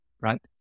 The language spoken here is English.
right